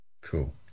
cool